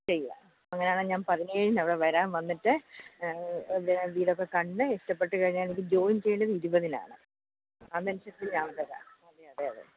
ചെയ്യാം അങ്ങനാണേൽ ഞാൻ പതിനേഴിനവിടെ വരാം വന്നിട്ട് വീടൊക്കെ കണ്ട് ഇഷ്ടപ്പെട്ടു കഴിഞ്ഞാൽ എനിക്ക് ജോയിൻ ചെയ്യേണ്ടത് ഇരുപതിനാണ് അതനുസരിച്ച് ഞാൻ വരാം